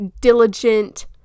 diligent